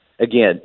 Again